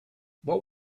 what